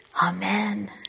Amen